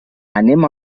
anem